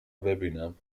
ببینم